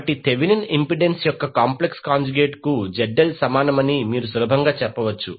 కాబట్టి Thevenin impedance యొక్క complex conjugate కు ZL సమానమని మీరు సులభంగా చెప్పవచ్చు